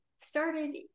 started